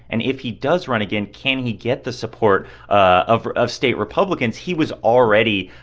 and if he does run again, can he get the support of of state republicans? he was already,